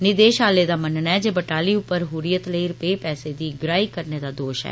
निदेषालय दा मनना ऐ जे बटाली उप्पर हुर्रियत लेई रपे पैसे दी उगाही करने दा दोष ऐ